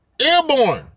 Airborne